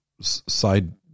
side